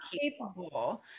capable